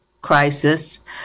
crisis